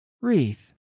Wreath